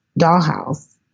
dollhouse